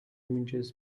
images